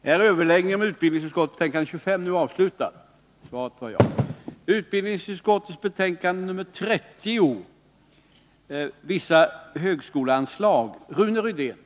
Kammaren övergår nu till att debattera utbildningsutskottets betänkande 30 om vissa högskoleanslag m.m.